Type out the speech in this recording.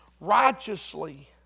righteously